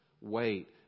wait